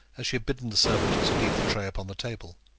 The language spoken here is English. as she had bidden the servant to leave the tray upon the table.